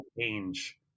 change